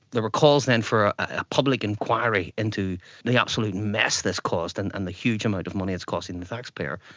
there were calls then for a public inquiry into the absolute mess this caused and and the huge amount of money it's costing the taxpayer.